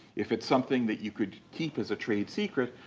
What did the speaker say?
if it's something that you could keep as a trade secret,